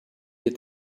had